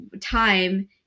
time